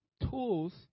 tools